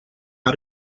how